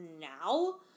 now